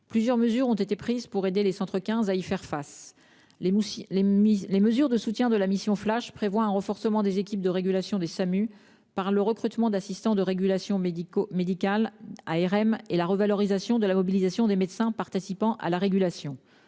Plusieurs mesures ont été prises pour aider les centres 15 à y faire face. Les mesures de soutien de la mission flash prévoient un renforcement des équipes de régulation des Samu par le recrutement d'assistants de régulation médicale (ARM) et la revalorisation de la mobilisation des médecins participant à la régulation.